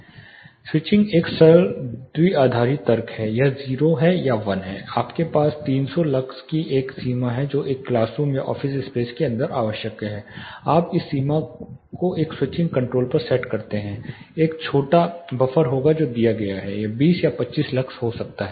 switching एक सरल द्विआधारी तर्क है यह 0 या 1 है इसलिए आपके पास 300 लक्स की एक सीमा है जो एक क्लास रूम या ऑफिस स्पेस के अंदर आवश्यक है आप इस सीमा को एक स्विचिंग कंट्रोल पर सेट करते हैं एक छोटा बफर होगा जो दिया गया है यह 20 या 25 लक्स हो सकता है